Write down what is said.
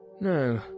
No